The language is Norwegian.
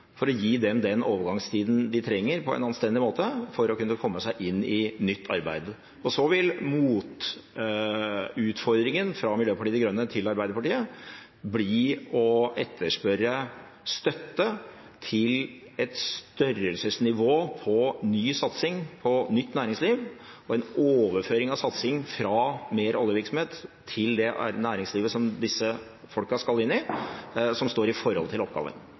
for å gi dem den overgangstiden de trenger på en anstendig måte for å kunne komme seg inn i nytt arbeid. Så vil mot-utfordringen fra Miljøpartiet De Grønne til Arbeiderpartiet bli å etterspørre støtte til et størrelsesnivå på ny satsing på nytt næringsliv, og en overføring av satsing fra mer oljevirksomhet til det næringslivet som disse folka skal inn i, som står i forhold til oppgaven.